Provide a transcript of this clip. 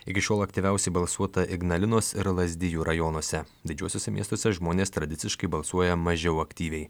iki šiol aktyviausiai balsuota ignalinos ir lazdijų rajonuose didžiuosiuose miestuose žmonės tradiciškai balsuoja mažiau aktyviai